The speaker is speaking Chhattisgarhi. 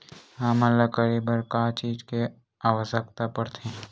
हमन ला करे बर का चीज के आवश्कता परथे?